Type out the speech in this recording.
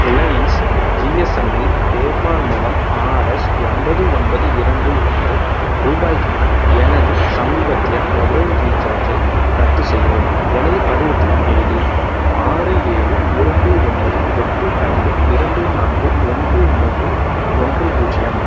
Reliance GSM இல் PayPal மூலம் RS ஒன்பது ஒன்பது இரண்டு ஒன்று ரூபாய்க்கான எனது சமீபத்திய மொபைல் ரீசார்ஜை ரத்து செய்யவும் எனது பரிவர்த்தனை ஐடி ஆறு ஏழு இரண்டு ஒன்பது எட்டு ஐந்து இரண்டு நான்கு ஒன்று மூன்று ஒன்று பூஜ்ஜியம்